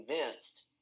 convinced